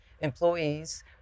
employees